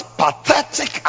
pathetic